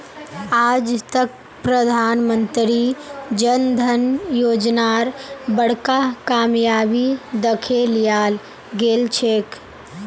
आज तक प्रधानमंत्री जन धन योजनार बड़का कामयाबी दखे लियाल गेलछेक